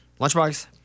Lunchbox